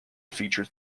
features